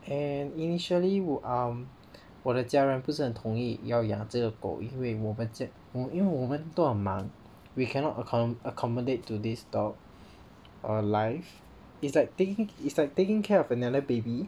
and initially 我 um 我的家人不是很同意要养这种狗因为我们因为我们都很忙 we cannot account accommodate to this dog err life it's like taking it's like taking care of another baby